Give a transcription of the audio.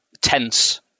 tense